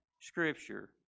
Scripture